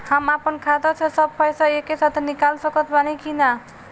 हम आपन खाता से सब पैसा एके साथे निकाल सकत बानी की ना?